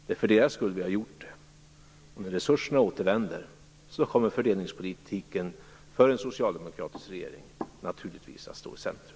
Det är för deras skull vi har gjort det. När resurserna återvänder kommer fördelningspolitiken naturligtvis att stå i centrum för en socialdemokratisk regering.